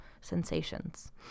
sensations